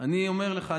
אני אומר לך,